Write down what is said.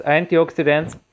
antioxidants